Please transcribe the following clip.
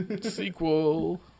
Sequel